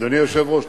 אדוני היושב-ראש,